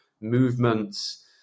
movements